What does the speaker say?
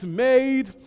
made